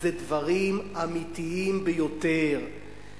זה דברים אמיתיים ביותר.